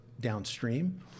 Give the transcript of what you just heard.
downstream